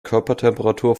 körpertemperatur